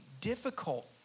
difficult